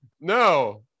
no